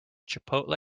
chipotle